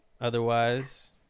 otherwise